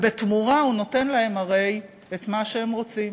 ובתמורה הוא נותן להם את מה שהם הרי רוצים,